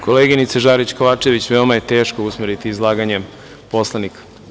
Koleginice Žarić Kovačević, veoma je teško usmeriti izlaganje poslanika.